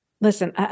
listen